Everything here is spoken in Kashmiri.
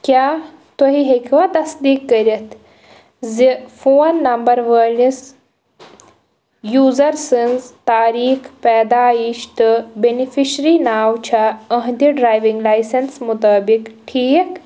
کیٛاہ تُہۍ ہیٚکوا تصدیٖق کٔرِتھ زِ فون نمبر وٲلِس یوٗزَر سٕنٛز تاریٖخ پیدایش تہٕ بیٚنِفشری ناوٕ چھا اہنٛدِ ڈرٛایوِنٛگ لایسَنٕس مطٲبق ٹھیٖک